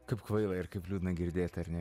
kaip kvaila ir kaip liūdna girdėt ar ne